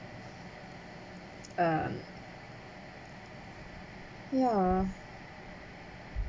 um ya